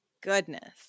goodness